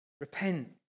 Repent